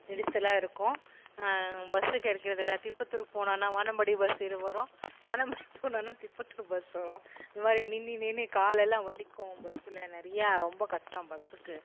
நெரிசலாக இருக்கும் பஸ்ஸு கிடைக்கிறது இல்லை திருப்பத்தூருக்கு போகணுன்னா வானம்பாடி பஸ்ஸு வரும் வானம்பாடி போகணுன்னா திருப்பத்தூர் பஸ் வரும் இதைமாரி நின்று நின்று கால் எல்லாம் வலிக்கும் பஸ்ல நிறையா ரொம்ப கஷ்டம் பஸ்ஸுக்கு